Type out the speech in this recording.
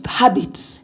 habits